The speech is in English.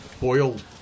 boiled